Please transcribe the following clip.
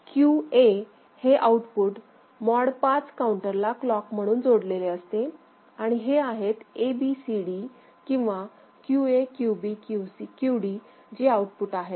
QA हे output mod 5 काऊंटरला clock म्हणून जोडलेले असते आणि हे आहेत ABCD किंवा QAQBQCQD जे आउटपुट आहेत